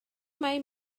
mai